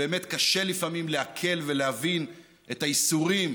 באמת קשה לפעמים לעכל ולהבין את הייסורים